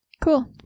Cool